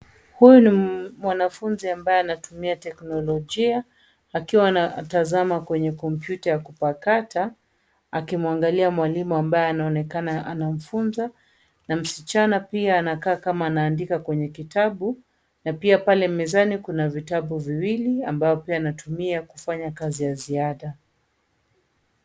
Huyu ni mwanafunzi ambaye anatumia teknolojia, akiwa anatazama kwenye kompyuta ya kupakata akimwangalia mwalimu ambaye anaonekana anamfunza na msichana pia anakaa kama anaandika kwenye kitabu na pia pale mezani kuna vitabu viwili ambao pia anatumia kufanya kazi ya ziada.